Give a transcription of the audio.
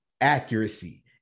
accuracy